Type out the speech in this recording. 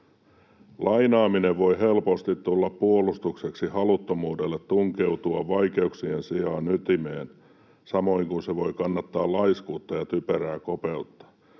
”Lainaaminen voi helposti tulla puolustukseksi haluttomuudelle tunkeutua vaikeuksien ytimeen, samoin kuin se voi kannattaa laiskuutta ja typerää kopeutta.